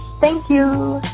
thank you